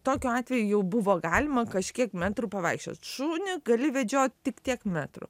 tokiu atveju jau buvo galima kažkiek metrų pavaikščiot šunį gali vedžiot tik tiek metrų